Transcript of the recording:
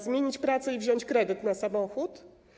Zmienić pracę i wziąć kredyt na samochód?